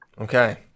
Okay